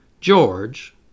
George